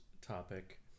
topic